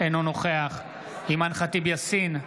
אינו נוכח אימאן ח'טיב יאסין,